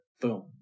Boom